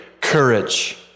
courage